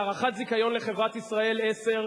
הארכת זיכיון לחברת "ישראל 10",